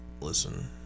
Listen